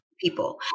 people